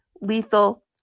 lethal